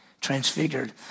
transfigured